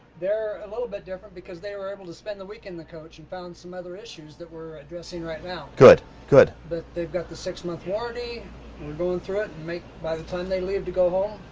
they're a little bit different because they were able to spend the week in the coach and found some other issues that we're addressing right now. good, good. but they've got the six month warranty and we're going through it and make, by the time they leave to go home,